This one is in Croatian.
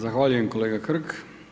Zahvaljujem, kolega Hrg.